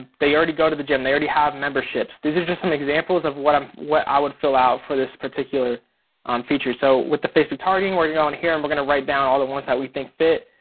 they already go to the gym, they already have memberships. this is just some examples of what um what i would fill out for this particular feature. so with the facebook targeting we're gonna go in to here and we're gonna write down all the ones that we think fit.